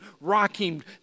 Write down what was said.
rocking